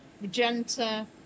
magenta